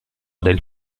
del